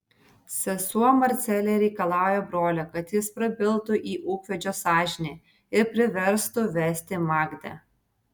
sesuo marcelė reikalauja brolio kad jis prabiltų į ūkvedžio sąžinę ir priverstų vesti magdę